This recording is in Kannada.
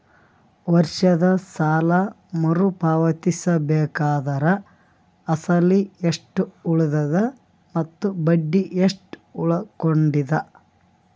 ವರ್ಷದ ಸಾಲಾ ಮರು ಪಾವತಿಸಬೇಕಾದರ ಅಸಲ ಎಷ್ಟ ಉಳದದ ಮತ್ತ ಬಡ್ಡಿ ಎಷ್ಟ ಉಳಕೊಂಡದ?